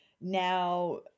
now